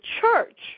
church